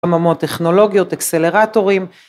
חממות טכנולוגיות, אקסלרטורים.